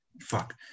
Fuck